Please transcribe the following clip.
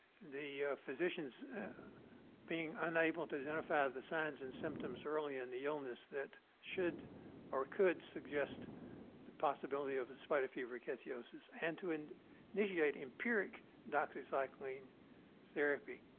the physicians being unable to identify the signs and symptoms early in the illness that should or could suggest the possibility of the spotted fever rickettsiosis and to and initiate empiric doxycycline therapy.